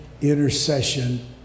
intercession